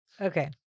Okay